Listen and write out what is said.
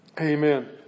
Amen